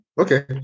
Okay